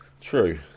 true